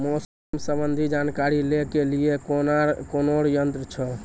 मौसम संबंधी जानकारी ले के लिए कोनोर यन्त्र छ?